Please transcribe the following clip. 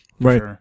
Right